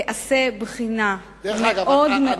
תיעשה בחינה מאוד מאוד,